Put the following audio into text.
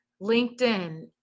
LinkedIn